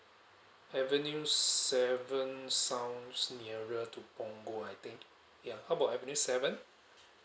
avenue seven sounds nearer to punggol I think ya how about avenue seven